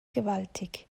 gewaltig